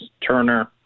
Turner